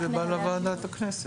קיבלתי את העמדה שלכם.